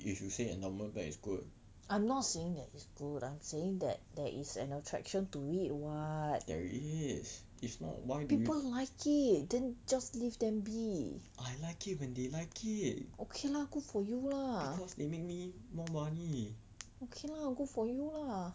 if you should say endowment plan is good there is if not why do you I like it when they like it because they make me more money